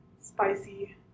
spicy